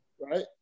right